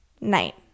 night